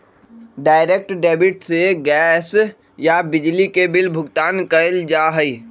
direct debit से gas या बिजली के बिल भुगतान कइल जा हई